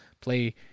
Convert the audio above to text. play